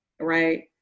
Right